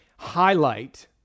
highlight